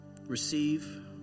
receive